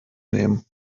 nehmen